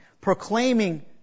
proclaiming